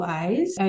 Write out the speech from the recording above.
eyes